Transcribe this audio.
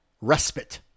respite